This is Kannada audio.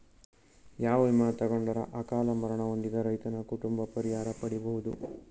ಯಾವ ವಿಮಾ ತೊಗೊಂಡರ ಅಕಾಲ ಮರಣ ಹೊಂದಿದ ರೈತನ ಕುಟುಂಬ ಪರಿಹಾರ ಪಡಿಬಹುದು?